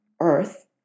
earth